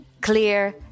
clear